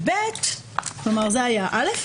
זה היה (א).